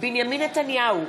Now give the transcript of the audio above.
בנימין נתניהו,